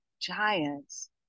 giants